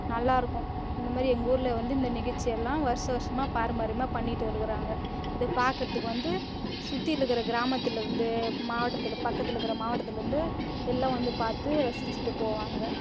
நல்லாயிருக்கும் இந்தமாரி எங்கள் ஊரில் வந்து இந்த நிகழ்ச்சி எல்லாம் வருஷ வருஷமாக பாரம்பரியமாக பண்ணிட்டு இருக்கிறாங்க இத பார்க்குறதுக்கு வந்து சுற்றிலு இருக்கிற கிராமத்திலருந்து மாவட்டத்தில் பக்கத்தில் இருக்குற மாவட்டத்திலருந்து எல்லாம் வந்து பார்த்து ரசிச்சுட்டு போவாங்க